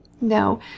No